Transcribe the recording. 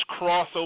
crossover